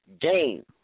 game